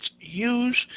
use